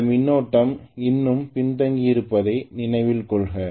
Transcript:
இந்த மின்னோட்டம் இன்னும் பின்தங்கியிருப்பதை நினைவில் கொள்க